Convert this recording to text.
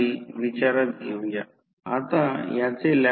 ही शक्ती प्रत्यक्षात वापरली जाते 20 2 7